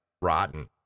rotten